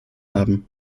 haben